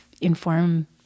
inform